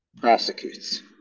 prosecutes